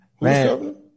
Man